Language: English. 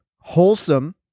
wholesome